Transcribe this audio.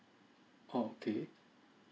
oh okay